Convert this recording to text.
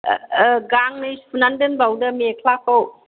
गांनै सुनानै दोनबावदो मेख्लाखौ